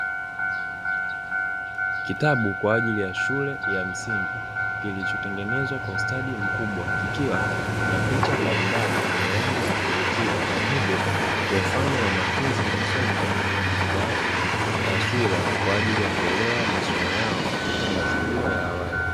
Kitabu kwa ajili ya shule ya msingi kilichotengenezwa kwa ustadi mkubwa, kikiwa na picha mbalimbali zenye rangi za kuvutia, na hivyo kuwafanya wanafunzi kusoma kwa taswira, kwa ajili ya kuelewa masomo yao katika ngazi hiyo ya awali.